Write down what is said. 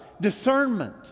discernment